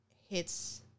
hits